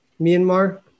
Myanmar